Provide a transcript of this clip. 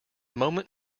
moment